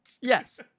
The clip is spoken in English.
Yes